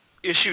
issue